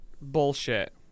bullshit